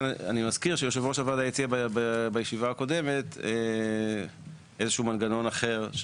אני מזכיר שיושב ראש הוועדה הציע בישיבה הקודמת איזשהו מנגנון אחר,